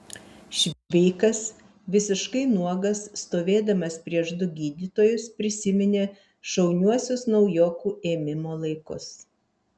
šveikas visiškai nuogas stovėdamas prieš du gydytojus prisiminė šauniuosius naujokų ėmimo laikus